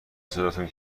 صداتون